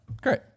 Great